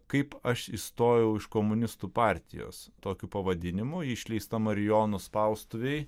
kaip aš išstojau iš komunistų partijos tokiu pavadinimu ji išleista marijonų spaustuvėj